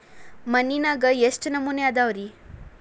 ಮಣ್ಣಿನಾಗ ಎಷ್ಟು ನಮೂನೆ ಅದಾವ ರಿ?